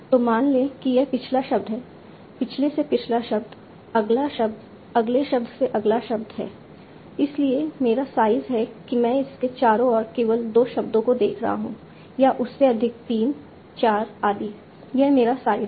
तो मान लें कि यह पिछला शब्द है पिछले से पिछला शब्द अगला शब्द है अगले शब्द से अगला शब्द है इसलिए मेरा साइज़ है कि मैं इसके चारों ओर केवल 2 शब्दों को देख रहा हूं या उससे अधिक 3 4 आदि यह मेरा साइज़ है